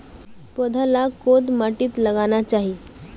पौधा लाक कोद माटित लगाना चही?